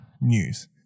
news